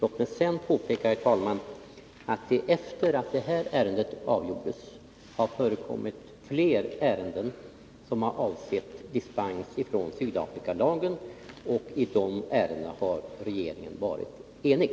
Låt mig sedan påpeka att det efter det att detta ärende avgjordes har förekommit fler ärenden som har avsett dispens från Sydafrikalagen, och i de ärendena har regeringen varit enig.